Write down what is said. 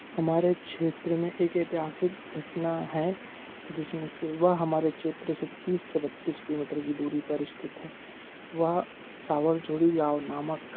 हमारे क्षेत्र में एक ऐतिहासिक घटना है जिसमें से वह हमारे क्षेत्र से तीस से बत्तीस किलोमीटर की दूरी पर स्थित है वह सावरझोड़ी गाँव नामक